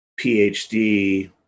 PhD